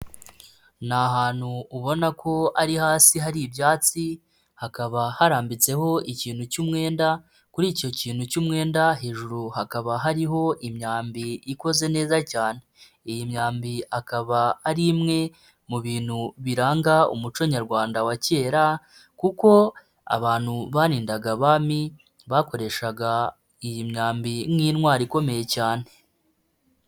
Ni ahantu ubona ko ari hasi hari ibyatsi, hakaba harambitseho ikintu cy'umwenda kuri icyo kintu cy'umwenda hejuru hakaba hariho imyambi ikoze neza cyane, iyi myambi ikaba ari imwe mu bintu biranga umuco nyarwanda wa kera kuko abantu barindaga abami bakoreshaga iyi myambi nk'intwaro ikomeye cyane.